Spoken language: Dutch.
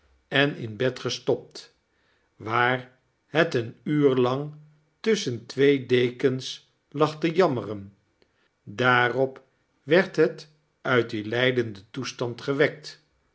en in bed gestopt waar het een uur lang tusschen twee dekens lag te jammeren daarop werd het uit dien lijdelijken toestand gewekt